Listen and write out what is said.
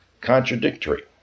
contradictory